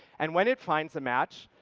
and when it finds a match,